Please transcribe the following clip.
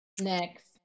Next